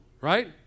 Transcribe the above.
right